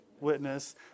witness